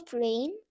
rain